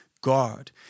God